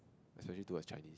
especially towards Chinese